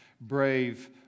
brave